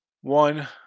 one